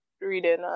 reading